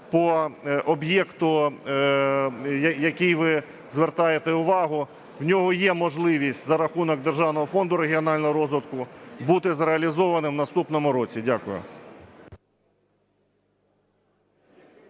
по об'єкту, який ви звертаєте увагу, в нього є можливість за рахунок Державного фонду регіонального розвитку бути зреалізованим в наступному році. Дякую.